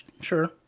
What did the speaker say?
Sure